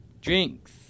Drinks